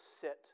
sit